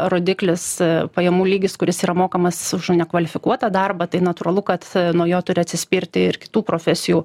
rodiklis pajamų lygis kuris yra mokamas už nekvalifikuotą darbą tai natūralu kad nuo jo turi atsispirti ir kitų profesijų